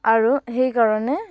আৰু সেইকাৰণে